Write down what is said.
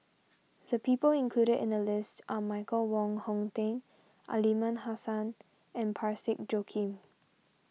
the people included in the list are Michael Wong Hong Teng Aliman Hassan and Parsick Joaquim